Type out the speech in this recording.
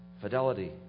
fidelity